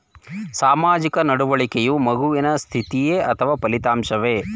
ಸಾಮಾಜಿಕ ನಡವಳಿಕೆಯು ಮಗುವಿನ ಸ್ಥಿತಿಯೇ ಅಥವಾ ಫಲಿತಾಂಶವೇ?